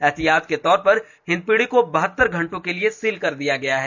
एहतियात के तौर पर हिंदपीढ़ी को बहतर घंटे के लिए सील कर दिया गया है